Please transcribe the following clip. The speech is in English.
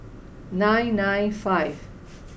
nine nine five